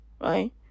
Right